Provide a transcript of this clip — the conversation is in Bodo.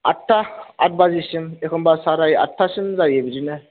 आटथा आट बाजिसिम एखम्बा साराय आट्टासिम जायो बिदिनो